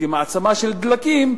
כמעצמה של דלקים,